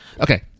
Okay